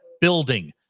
building